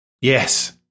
Yes